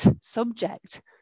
subject